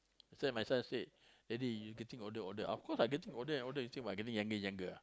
so my son said daddy you getting older older of course I getting older older you think I getting younger younger ah